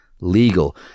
legal